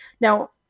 Now